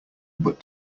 but